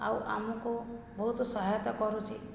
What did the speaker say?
ଆଉ ଆମକୁ ବହୁତ ସହାୟତା କରୁଛି